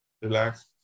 Relax